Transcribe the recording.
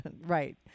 Right